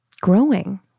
growing